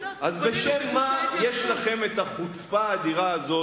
אז בשם מה יש לכם את החוצפה האדירה הזו